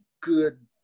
good